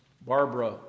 Barbara